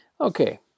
Okay